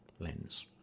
lens